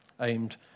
aimed